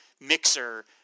mixer